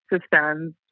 systems